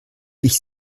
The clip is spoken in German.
ich